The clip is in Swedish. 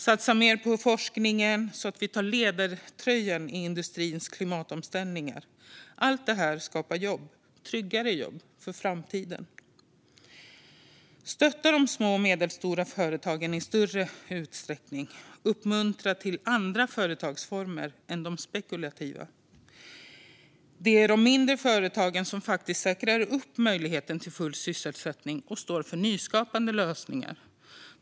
Satsa mer på forskningen, så att vi tar ledartröjan i industrins klimatomställningar! Allt detta skapar jobb, tryggare jobb, inför framtiden. Stötta de små och medelstora företagen i större utsträckning! Uppmuntra till andra företagsformer än de spekulativa! Det är de mindre företagen som säkrar möjligheten till full sysselsättning och står för nyskapande lösningar.